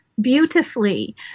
beautifully